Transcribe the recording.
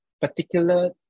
particular